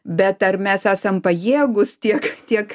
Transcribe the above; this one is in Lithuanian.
bet ar mes esam pajėgūs tiek tiek